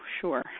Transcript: sure